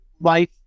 life